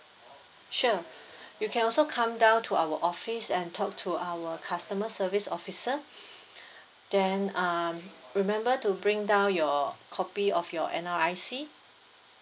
sure you can also come down to our office and talk to our customer service officer then uh remember to bring down your copy of your N_R_I_C